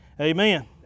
Amen